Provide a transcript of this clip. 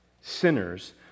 sinners